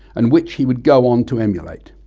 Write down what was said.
and which he would go on to emulate.